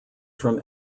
from